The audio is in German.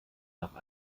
nach